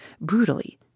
brutally